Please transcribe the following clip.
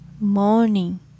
morning